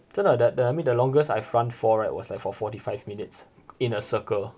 真的 the the I mean the longest I've run for right was like for forty five minutes in a circle